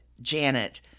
Janet